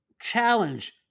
challenge